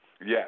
Yes